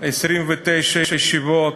29 ישיבות,